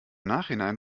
nachhinein